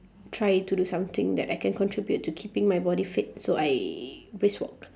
try to do something that I can contribute to keeping my body fit so I brisk walk